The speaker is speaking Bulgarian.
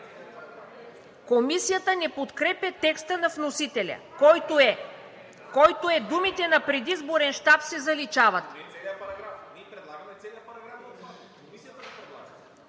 Комисията не подкрепя текста на вносителя, който е: думите „на предизборен щаб“ се заличават.